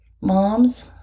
Moms